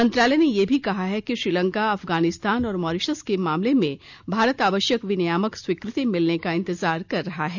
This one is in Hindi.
मंत्रालय ने यह भी कहा है कि श्रीलंका अफगानिस्तान और मॉरिशस के मामले में भारत आवश्यक विनियामक स्वीकृति मिलने का इंतजार कर रहा है